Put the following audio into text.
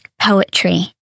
poetry